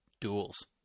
duels